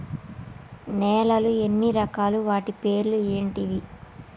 నేలలు ఎన్ని రకాలు? వాటి పేర్లు ఏంటివి?